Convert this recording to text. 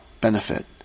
Benefit